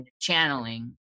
channeling